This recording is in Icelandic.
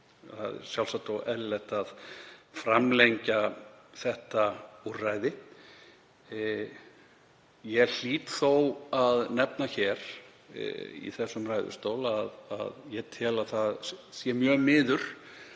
Það er sjálfsagt og eðlilegt að framlengja þetta úrræði. Ég hlýt þó að nefna það í þessum ræðustól að ég tel að það sé mjög miður